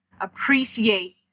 appreciate